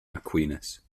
aquinas